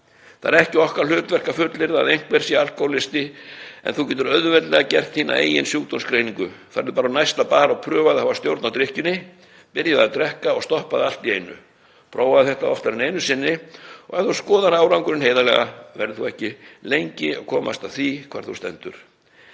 Það er ekki okkar hlutverk að fullyrða að einhver sé alkóhólisti en þú getur auðveldlega gert þína eigin sjúkdómsgreiningu. Farðu bara á næsta bar og prófaðu að hafa stjórn á drykkjunni. Byrjaðu að drekka og stoppaðu svo allt í einu. Prófaðu þetta oftar en einu sinni. Ef þú skoðar árangurinn heiðarlega verður þú ekki lengi að komast að því hvar þú stendur.